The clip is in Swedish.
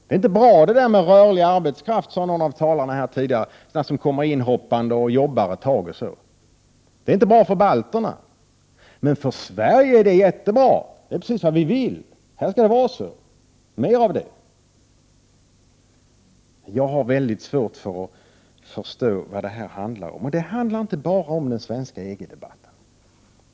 Att rörlig arbetskraft kommer inhoppande och jobbar ett tag, som någon tidigare talare var inne på, är inte bra för balterna, men för Sverige är det jättebra. Det är precis vad vi vill — mer av det! Jag har väldigt svårt för att förstå vad det här handlar om. Det handlar inte bara om den svenska EG-debatten.